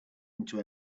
into